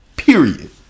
Period